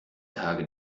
tage